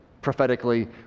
prophetically